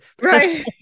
right